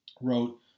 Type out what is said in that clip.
wrote